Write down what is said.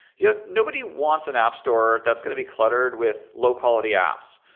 yeah. nobody wants an app store that's going to be cluttered with low-quality apps.